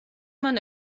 მან